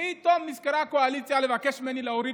פתאום נזכרה הקואליציה לבקש ממני להוריד